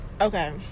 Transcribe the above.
Okay